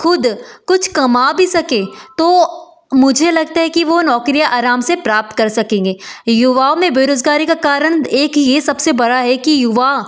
ख़ुद कुछ कमा भी सके तो मुझे लगता है कि वह नौकरी आराम से प्राप्त कर सकेंगे युवाओं में बेरोज़गारी का कारण एक यह सबसे बड़ा है कि युवा